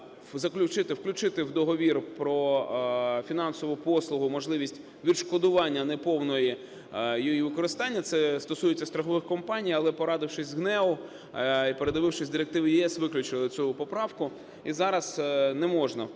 включити в договір про фінансову послугу можливість відшкодування неповної і використання, це стосується страхових компаній. Але, порадившись з ГНЕУ і передивившись директиви ЄС, виключили цю поправку. І зараз не можна буде